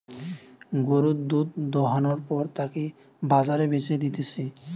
গরুর দুধ দোহানোর পর তাকে বাজারে বেচে দিতেছে